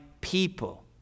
people